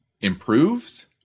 improved